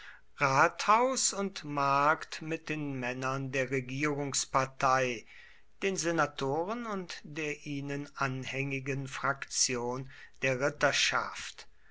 rathaus und markt mit den männern der regierungspartei den senatoren und der ihnen anhängigen fraktion der